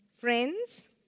Friends